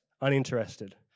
Uninterested